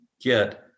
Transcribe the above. get